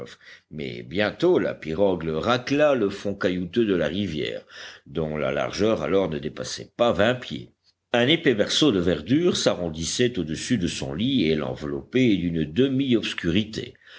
mais bientôt la pirogue racla le fond caillouteux de la rivière dont la largeur alors ne dépassait pas vingt pieds un épais berceau de verdure s'arrondissait au-dessus de son lit et l'enveloppait d'une